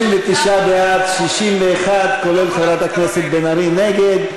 59 בעד, 61, כולל חברת הכנסת בן ארי, נגד.